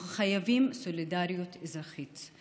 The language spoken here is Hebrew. אנחנו חייבים סולידריות אזרחית,